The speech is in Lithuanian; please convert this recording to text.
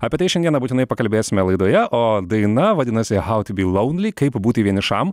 apie tai šiandien būtinai pakalbėsime laidoje o daina vadinasi how to be lonely kaip būti vienišam